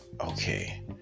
okay